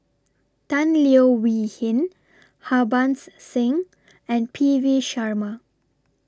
Tan Leo Wee Hin Harbans Singh and P V Sharma